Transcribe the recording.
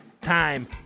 time